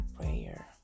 prayer